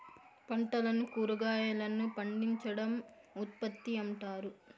పంటలను కురాగాయలను పండించడం ఉత్పత్తి అంటారు